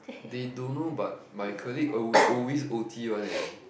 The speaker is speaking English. they don't know but my colleague al~ always o_t one leh